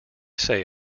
say